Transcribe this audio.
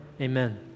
Amen